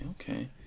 okay